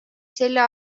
selja